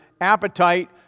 appetite